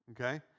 okay